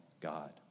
God